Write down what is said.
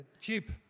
cheap